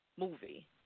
movie